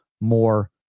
more